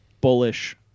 bullish